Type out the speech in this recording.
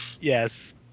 Yes